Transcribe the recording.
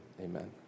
amen